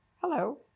Hello